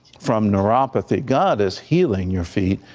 from neuropathy, god is healing your feet,